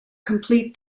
complete